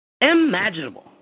Imaginable